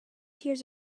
hears